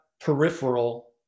peripheral